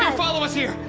ah follow us here